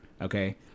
Okay